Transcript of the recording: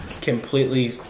completely